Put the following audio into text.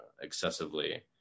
excessively